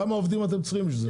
כמה עובדים אתם צריכים בשביל זה?